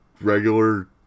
regular